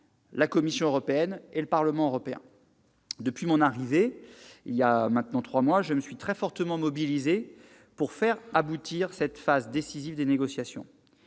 la Commission européenne et le Parlement européen. Depuis mon arrivée au Gouvernement, voilà maintenant trois mois, je me suis très fortement mobilisé pour faire aboutir cette phase décisive des négociations.